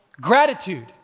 gratitude